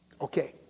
okay